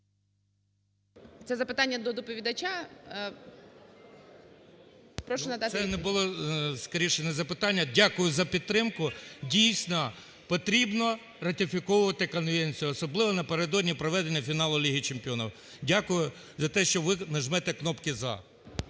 Це запитання до доповідача? Прошу надати відповідь. 10:55:26 ЖДАНОВ І.О. Ну, це скоріше не запитання. Дякую за підтримку. Дійсно, потрібно ратифіковувати конвенцію, особливо на передодні проведення фіналу Ліги чемпіонів. Дякую за те, що ви нажмете кнопки "за".